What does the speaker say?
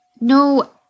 No